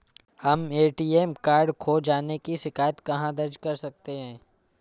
हम ATM card खो जाने की शिकायत कहाँ दर्ज कर सकते हैं?